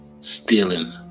stealing